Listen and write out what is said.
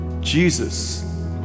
Jesus